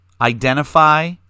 identify